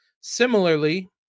Similarly